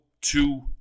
two